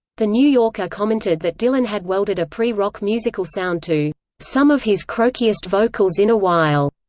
the new yorker commented that dylan had welded a pre-rock musical sound to some of his croakiest vocals in a while,